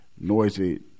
noisy